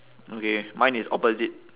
okay mine is opposite